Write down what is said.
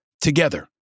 Together